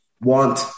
want